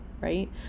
right